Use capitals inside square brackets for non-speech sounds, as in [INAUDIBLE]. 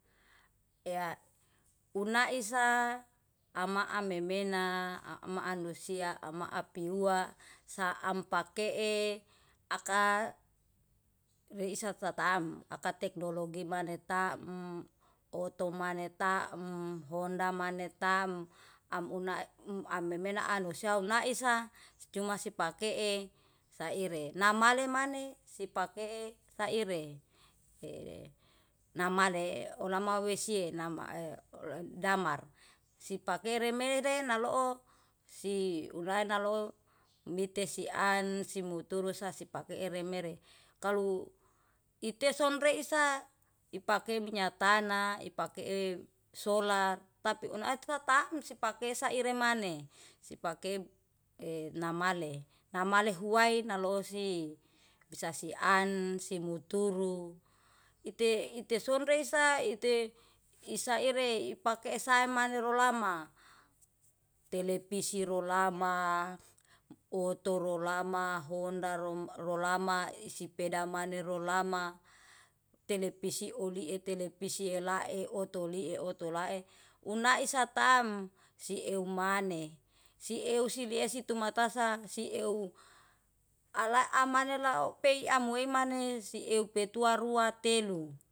Unai sa ama amemena, ama manusia, ama apua saampake e aka reisa tatam. Akak teknologi mane taem, oto mane taem, honda mane taem. Am una amemena anusai naisa cuma sipakee saire. Namali mane sipakee saire, e namale olama whesie nama e [HESITATION] damar. Sipakere mere naloo si unai naloo mite sian, simuturu sisapake ere mere kalu ite onreisa ipake minyak tanah, ipeke solar, tapi un aitatamsi pake saire maneh. Sipake namale, namali huwai naloosi bisa sian, simuturu. Ite soinreisa isaire ipake sae maneh rolama. Telepisi rolama, oto rolama, honda rolama, isipeda maneh rolama, telpisi olie telepisi elae, otolie otolae unia satam siu maneh. Sileuw maneh, sieuw si iliesi tumatasa si euw ala amane lau pei amuemane sieuw peitua rua telu.